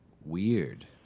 Weird